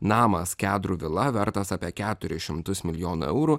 namas kedrų vila vertas apie keturis šimtus milijonų eurų